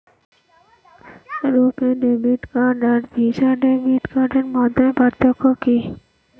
রূপে debit card আর Visa debit কার্ডের মধ্যে পার্থক্য কি?